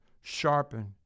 sharpen